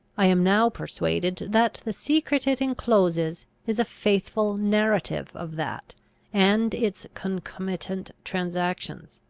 i am now persuaded that the secret it encloses, is a faithful narrative of that and its concomitant transactions,